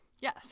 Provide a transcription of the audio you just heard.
Yes